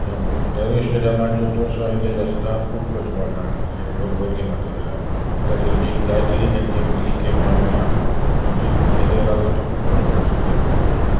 ते नेहरू स्टेडियमाचे चडसो एंगेज आसता बूकच पडटा भगे माटो जाल्यार आ लीग जायत लीग लीग गेम हांयें गोंया लीग लीग लागून तो बूकच पडटा स्टेडियम